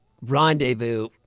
Rendezvous